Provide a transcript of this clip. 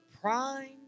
prime